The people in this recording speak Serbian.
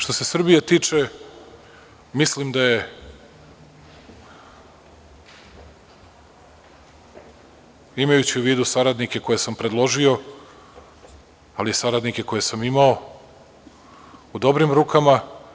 Što se Srbije tiče, mislim da je, imajući u vidu saradnike koje sam predložio, ali i saradnike koje sam imao, u dobrim rukama.